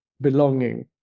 belonging